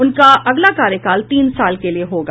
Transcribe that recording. उनका अगला कार्यकाल तीन साल के लिए होगा